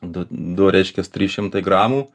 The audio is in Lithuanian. du du reiškias trys šimtai gramų